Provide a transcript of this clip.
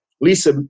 Lisa